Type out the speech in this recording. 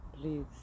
Please